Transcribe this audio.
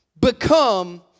Become